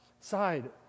Side